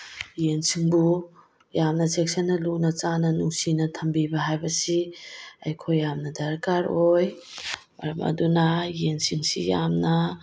ꯌꯦꯟꯁꯤꯡꯕꯨ ꯌꯥꯝꯅ ꯆꯦꯛꯁꯤꯟꯅ ꯂꯨꯅ ꯆꯥꯟꯅ ꯅꯨꯡꯁꯤꯅ ꯊꯝꯕꯤꯕ ꯍꯥꯏꯕꯁꯤ ꯑꯩꯈꯣꯏ ꯌꯥꯝꯅ ꯗꯔꯀꯥꯔ ꯑꯣꯏ ꯃꯔꯝ ꯑꯗꯨꯅ ꯌꯦꯟꯁꯤꯡꯁꯤ ꯌꯥꯝꯅ